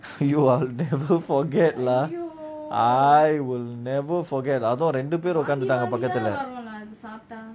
you ah never forget lah I will never forget அதுவும் ரெண்டு பெரு உக்காந்துட்டாங்க பக்கத்துல:athuvum rendu peru ukanthutanga pakathula